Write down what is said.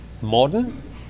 modern